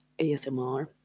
ASMR